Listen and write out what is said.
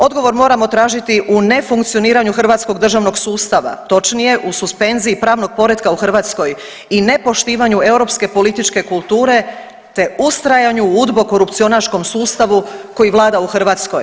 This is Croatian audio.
Odgovor moramo tražiti u nefunkcioniranju hrvatskog državnog sustava, točnije u suspenziji pravnog poretka u Hrvatskoj i nepoštivanju europske politike kulture te ustrajanju u udbo korupcionaškom sustavu koji vlada u Hrvatskoj.